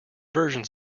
versions